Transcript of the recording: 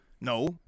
No